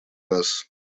раз